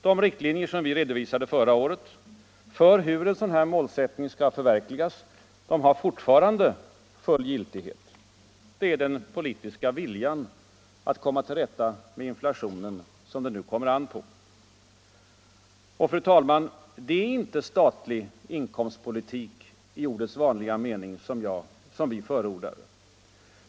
De riktlinjer vi redovisade förra året för hur en sådan målsättning skall förverkligas har fortfarande full giltighet. Det är den politiska viljan att komma till rätta med inflationen som det nu kommer an på. Och, fru talman, det är inte statlig inkomstpolitik i ordets vanliga mening som vi förordar.